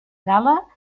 gala